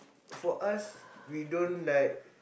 for us we don't like